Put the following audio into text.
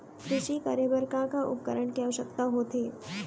कृषि करे बर का का उपकरण के आवश्यकता होथे?